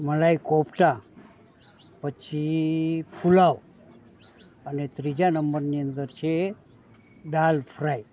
મલાઈ કોફતા પછી પુલાવ અને ત્રીજા નંબરની અંદર છે દાલ ફ્રાય